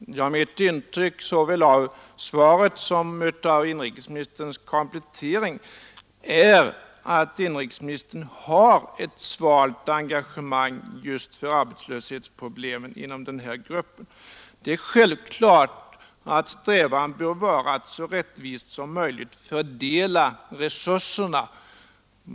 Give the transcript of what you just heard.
Herr talman! Mitt intryck såväl av svaret som av inrikesministerns komplettering är att inrikesministern har ett svalt engagemang för arbetslöshetsproblemen inom den här gruppen. Det är självklart att strävan bör vara att så rättvist som möjligt fördela resurserna.